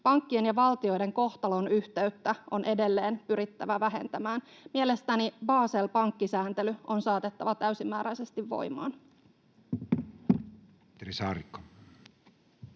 Pankkien ja valtioiden kohtalonyhteyttä on edelleen pyrittävä vähentämään. Mielestäni Basel-pankkisääntely on saatettava täysimääräisesti voimaan.